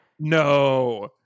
No